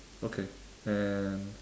okay and